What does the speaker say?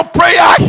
prayer